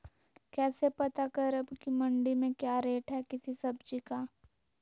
कैसे पता करब की मंडी में क्या रेट है किसी सब्जी का?